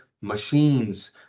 machines